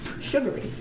sugary